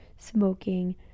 smoking